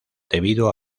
debido